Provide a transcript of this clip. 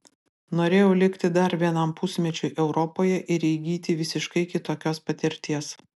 norėjau likti dar vienam pusmečiui europoje ir įgyti visiškai kitokios patirties